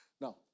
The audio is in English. Now